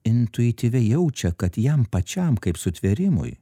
intuityviai jaučia kad jam pačiam kaip sutvėrimui